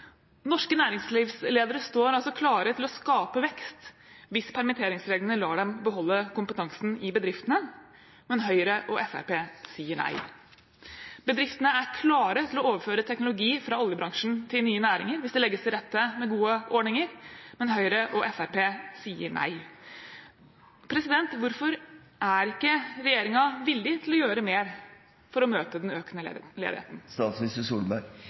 Norske næringslivsledere står altså klare til å skape vekst hvis permitteringsreglene lar dem beholde kompetansen i bedriftene, men Høyre og Fremskrittspartiet sier nei. Bedriftene er klare til å overføre teknologi fra oljebransjen til nye næringer hvis det legges til rette med gode ordninger, men Høyre og Fremskrittspartiet sier nei. Hvorfor er ikke regjeringen villig til å gjøre mer for å møte den økende ledigheten? Regjeringen gjør mye for å møte den nye ledigheten.